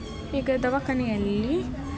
ಈಗ ದವಾಖಾನೆಯಲ್ಲಿ